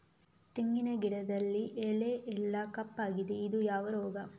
ತೆಂಗಿನ ಗಿಡದಲ್ಲಿ ಎಲೆ ಎಲ್ಲಾ ಕಪ್ಪಾಗಿದೆ ಇದು ಯಾವ ರೋಗ?